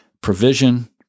provision